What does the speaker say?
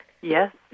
Yes